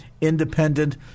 independent